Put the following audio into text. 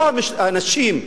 לא האנשים,